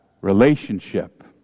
relationship